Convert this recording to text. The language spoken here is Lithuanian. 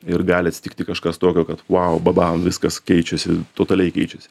ir gali atsitikti kažkas tokio kad vau babam viskas keičiasi totaliai keičiasi